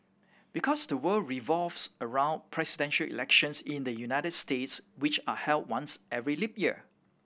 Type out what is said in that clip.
because the world revolves around presidential elections in the United States which are held once every leap year